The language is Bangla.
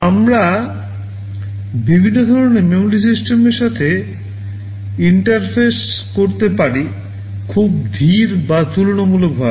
আমরা বিভিন্ন ধরণের মেমরি সিস্টেমের সাথে ইন্টারফেস করতে পারি খুব ধীর বা তুলনামূলকভাবে